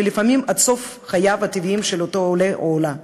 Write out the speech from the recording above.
ולפעמים עד סוף חייו הטבעיים של אותו עולֶה או אותה עולָה.